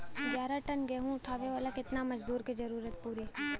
ग्यारह टन गेहूं उठावेला केतना मजदूर के जरुरत पूरी?